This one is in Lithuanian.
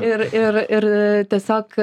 ir ir ir tiesiog